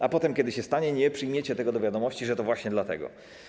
A potem, kiedy się stanie, nie przyjmiecie do wiadomości, że to właśnie dlatego.